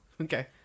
Okay